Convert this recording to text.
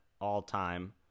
all-time